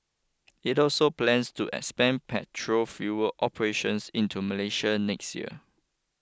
it also plans to expand petrol fuel operations into Malaysia next year